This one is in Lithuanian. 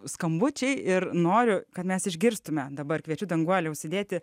skambučiai ir noriu kad mes išgirstumėme dabar kviečiu danguolė užsidėti